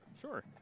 Sure